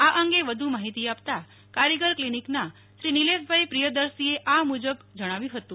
આ અંગે વ્ધુ માહિતી આપતા કારીગર ક્લિનિકના શ્રી નિલેશભાઈ પ્રિયદર્શીએ આ મુજબ જણાવ્યું હતું